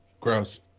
Gross